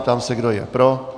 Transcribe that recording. Ptám se, kdo je pro.